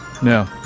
No